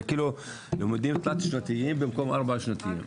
זה כאילו לימודים תלת-שנתיים במקום ארבע-שנתיים.